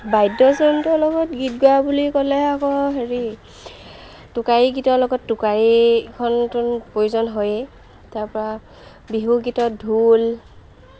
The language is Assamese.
বাদ্যযন্ত্ৰৰ লগত গীত গোৱা বুলি ক'লে আকৌ হেৰি টোকাৰী গীতৰ লগত টোকাৰীখনতো প্ৰয়োজন হয়েই তাৰপৰা বিহু গীতত ঢোল